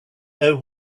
know